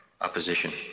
opposition